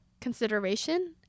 consideration